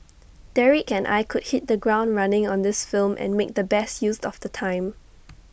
Derek and I could hit the ground running on this film and make the best use of the time